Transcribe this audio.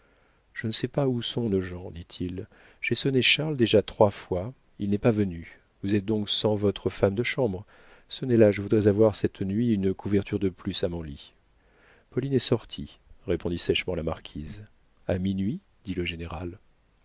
je ne sais pas où sont nos gens dit-il j'ai sonné charles déjà trois fois il n'est pas venu vous êtes donc sans votre femme de chambre sonnez la je voudrais avoir cette nuit une couverture de plus à mon lit pauline est sortie répondit sèchement la marquise a minuit dit le général